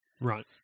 Right